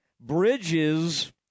Bridges